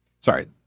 sorry